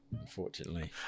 Unfortunately